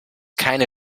keine